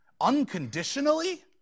Unconditionally